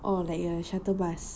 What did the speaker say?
oh like a shuttle bus